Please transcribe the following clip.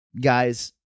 Guys